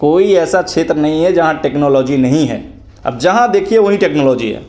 कोई ऐसा क्षेत्र नहीं है जहाँ टेक्नोलॉजी नहीं है अब जहाँ देखिए वहीं टेक्नोलॉजी है